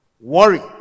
Worry